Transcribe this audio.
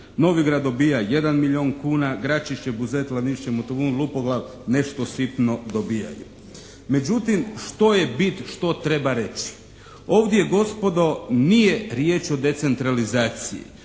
Novigrad dobija 1 milijun kuna, Gračišće, Buzet, Lanišće, Motovun, Lupoglav nešto sitno dobijaju. Međutim što je bit? Što treba reći? Ovdje gospodo nije riječ o decentralizaciji.